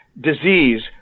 disease